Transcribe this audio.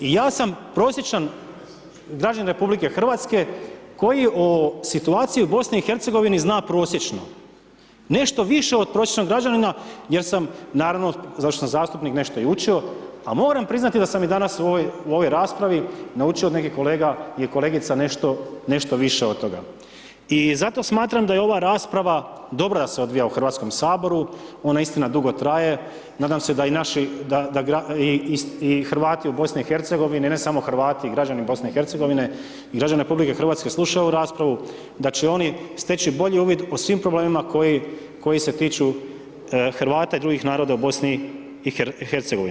I ja sam prosječan građanin Republike Hrvatske koji o situaciji u Bosni i Hercegovini zna prosječno, nešto više od prosječnog građanina, jer sam, naravno, zašto sam zastupnik nešto i učio, a moram priznati da sam i danas u ovoj raspravi naučio od nekih kolega i kolegica nešto više od toga. i zato smatram da je ova rasprava dobra da se odvija u Hrvatskom saboru, ona istina dugo traje, nadam se da i naši da i Hrvati u BiH, ne samo Hrvati i građani BiH, građani RH slušaju ovu raspravu, da će oni steći bolji uvid o svim problemima koji se tiču Hrvata i drugih naroda u BiH.